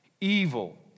evil